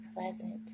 pleasant